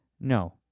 No